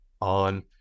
on